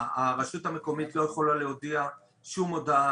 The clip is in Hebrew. הרשות המקומית לא יכולה להודיע שום הודעה